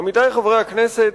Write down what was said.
עמיתי חברי הכנסת,